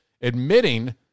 Admitting